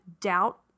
doubt